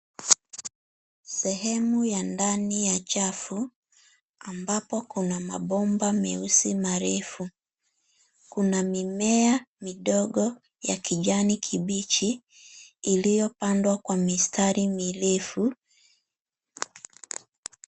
Sehemu ya ndani ya chafu, ambapo kuna mabomba meusi marefu. Kuna mimea midogo ya kijani kibichi iliyopandwa kwa mistari mirefu.